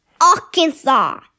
Arkansas